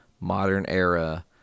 modern-era